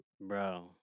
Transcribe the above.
Bro